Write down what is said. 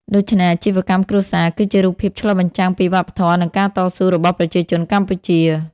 ដូច្នេះ អាជីវកម្មគ្រួសារ គឺជារូបភាពឆ្លុះបញ្ចាំងពីវប្បធម៌ និងការតស៊ូរបស់ប្រជាជនកម្ពុជា។